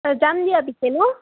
যাম দিয়া পিছে ন